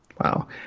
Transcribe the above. wow